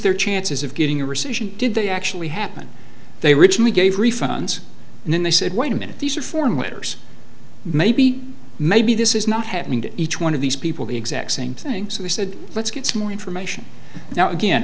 their chances of getting a rescission did they actually happen they were originally gave refunds and then they said wait a minute these are form letters maybe maybe this is not happening to each one of these people the exact same thing so they said let's get some more information now again